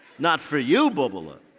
not for you, bubbelah.